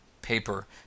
paper